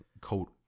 coat